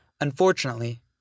Unfortunately